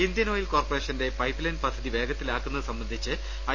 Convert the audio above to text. Indian Oil കോർപ്പറേഷന്റെ pipeline പദ്ധതി വേഗത്തിലാക്കുന്നത് സംബന്ധിച്ച് ഐ